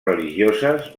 religioses